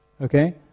okay